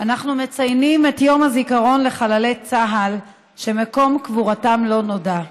אנחנו מציינים את יום הזיכרון לחללי צה"ל שמקום קבורתם לא נודע.